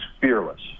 fearless